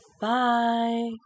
Bye